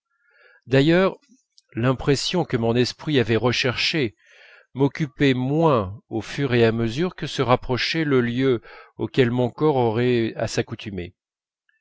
d'ailleurs l'impression que mon esprit avait recherchée m'occupait moins au fur et à mesure que se rapprochait le lieu auquel mon corps aurait à s'accoutumer